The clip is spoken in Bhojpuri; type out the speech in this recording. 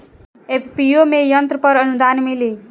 एफ.पी.ओ में यंत्र पर आनुदान मिँली?